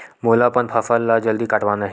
मोला अपन फसल ला जल्दी कटवाना हे?